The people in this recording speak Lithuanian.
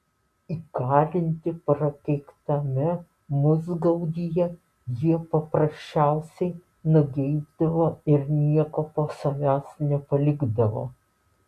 įkalinti prakeiktame musgaudyje jie paprasčiausiai nugeibdavo ir nieko po savęs nepalikdavo